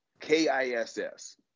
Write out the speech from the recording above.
K-I-S-S